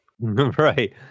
Right